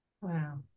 Wow